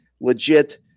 legit